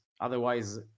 Otherwise